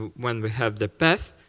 when we have the path,